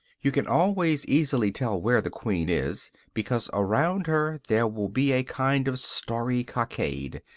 you can always easily tell where the queen is, because around her there will be a kind of starry cockade,